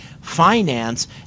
Finance